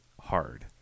hard